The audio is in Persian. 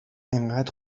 انقد